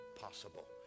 possible